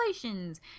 congratulations